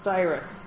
Cyrus